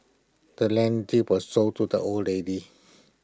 the land deed was sold to the old lady